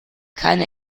keine